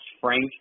Frank